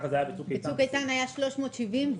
בצוק איתן זה היה 370 שקל.